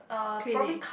clinic